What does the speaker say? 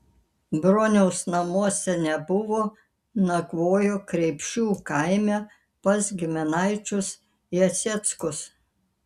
broniaus namuose nebuvo nakvojo kreipšių kaime pas giminaičius jaseckus